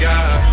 God